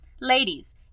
Ladies